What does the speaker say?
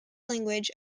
language